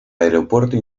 aeropuerto